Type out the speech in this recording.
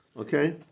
Okay